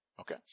Okay